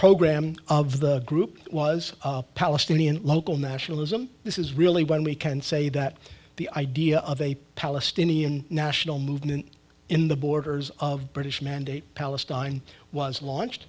program of the group was palestinian local nationalism this is really when we can say that the idea of a palestinian national movement in the borders of british mandate palestine was